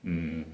mm